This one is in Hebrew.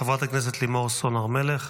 חברת הכנסת לימור סון הר מלך.